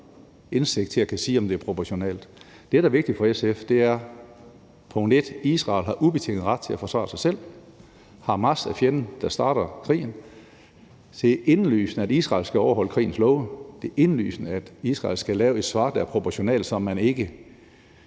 indsigt til at kunne sige, om det er proportionalt. Det, der er vigtigt for SF, er, at Israel har ubetinget ret til at forsvare sig selv. Hamas er fjenden, der starter krigen. Det er indlysende, at Israel skal overholde krigens love, og det er indlysende, at Israel skal lave et svar, der er proportionalt, så man ikke